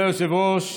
מכובדי היושב-ראש,